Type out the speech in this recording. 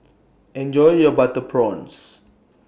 Enjoy your Butter Prawns